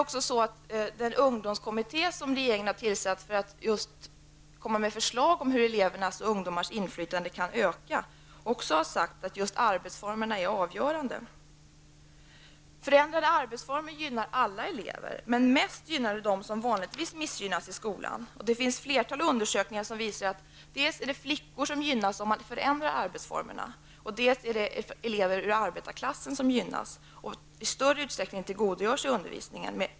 Också den ungdomskommitté som regeringen har tillsatt för att komma med förslag om hur elevernas och ungdomarnas inflytande kan öka har sagt att just arbetsformerna har avgörande betydelse. Förändrade arbetsformer gynnar alla elever, men mest de elever som vanligtvis missgynnas i skolan. Det finns ett flertal undersökningar som visar att dels flickor, dels elever ur arbetarklassen gynnas av andra arbetsformer än de traditionella och i större utsträckning tillgodogör sig undervisningen.